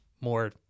more